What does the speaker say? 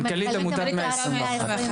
אני מנכ"לית עמותת 121,